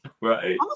right